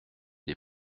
des